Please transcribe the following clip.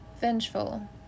vengeful